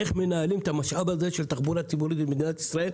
איך מנהלים את המשאב הזה של תחבורה ציבורית במדינת ישראל.